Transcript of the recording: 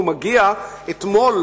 והגיע אתמול,